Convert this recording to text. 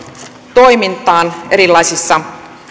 toimintaan erilaisissa